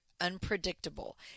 unpredictable